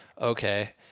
okay